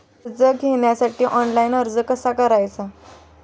कर्ज घेण्यासाठी ऑनलाइन अर्ज कसा करायचा?